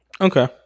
Okay